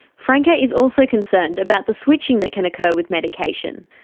franca is also concerned about the switching that can occur with medication.